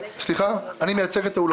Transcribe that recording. אני מייצג את האולמות.